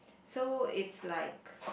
so its like